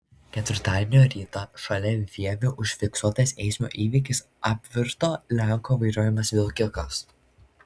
ketvirtadienio rytą šalia vievio užfiksuotas eismo įvykis apvirto lenko vairuojamas vilkikas